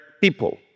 people